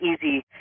easy